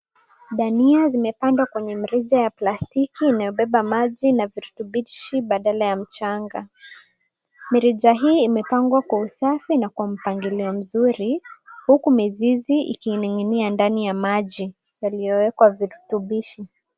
Dania zimepandwa kwenye mrija ya plastiki inayobeba maji na virutubishi badala ya mchanga. Mirija hii imepangwa kwa usafi na kwa mpangilio mzuri huku mizizi ikining'inia ndani ya maji yaliyowekwa virutubishi.